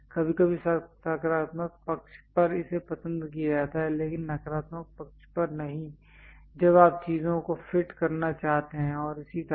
कभी कभी सकारात्मक पक्ष पर इसे पसंद किया जाता है लेकिन नकारात्मक पक्ष पर नहीं जब आप चीजों को फिट करना चाहते हैं और इसी तरह